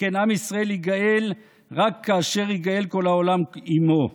שכן עם ישראל ייגאל רק כאשר ייגאל כל העולם עימו.